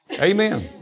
Amen